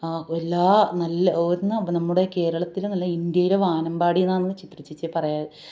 ആ എല്ലാ നല്ല ഒരുന്നാ നമ്മുടെ കേരളത്തില് എന്നല്ല ഇൻഡ്യയിലെ വാനമ്പാടി എന്നാണ് ചിത്രചേച്ചിയെ പറയുക